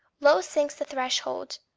low sinks the threshold,